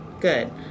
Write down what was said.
good